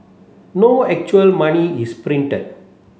no actual money is printed